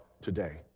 today